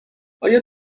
آیا